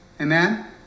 Amen